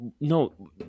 no